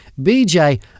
BJ